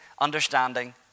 understanding